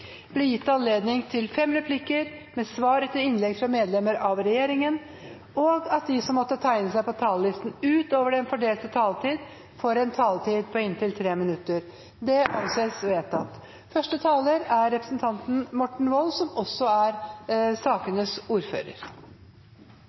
blir gitt anledning til seks replikker med svar etter innlegg fra medlemmer av regjeringen innenfor den fordelte taletid, og at de som måtte tegne seg på talerlisten utover den fordelte taletid, får en taletid på inntil 3 minutter. – Det anses vedtatt. Kjernen i departementet sitt framlegg er